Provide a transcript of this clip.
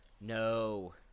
no